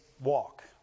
walk